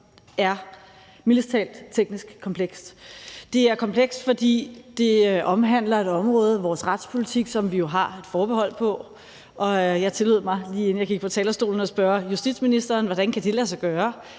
som mildest talt er teknisk komplekst. Det er komplekst, fordi det omhandler et område, nemlig vores retspolitik, som vi har et forbehold på. Jeg tillod mig, lige inden jeg gik på talerstolen, at spørge justitsministeren, hvordan det kan lade sig gøre,